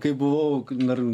kai buvau dar